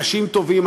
אנשים טובים,